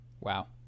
Wow